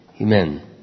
Amen